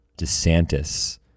DeSantis